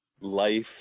life